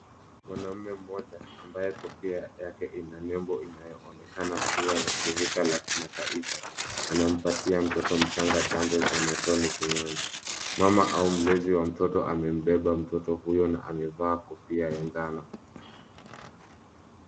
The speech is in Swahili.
Mwanaume mmoja ambaye kofia yake ina nembo inayoonekana kuwa ya shirikia la kimataifa anampatia mtoto mchanga chanjo ya matone kinywani. Mama au mlezi wa mtoto amembeba mtoto huyo na amevaa kofia ya njano.